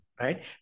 Right